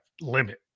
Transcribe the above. limit